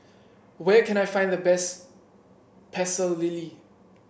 where can I find the best Pecel Lele